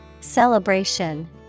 Celebration